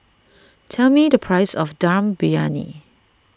tell me the price of Dum Briyani